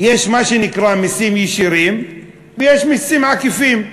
יש מה שנקרא מסים ישירים ויש מסים עקיפים.